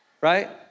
Right